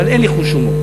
אבל אין לי חוש הומור.